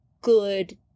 good